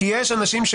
כי יש אנשים,